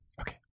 Okay